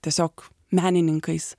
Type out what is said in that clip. tiesiog menininkais